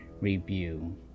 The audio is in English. Review